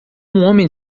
homem